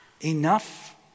enough